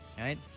right